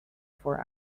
four